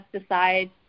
decide